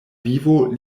vivo